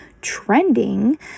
trending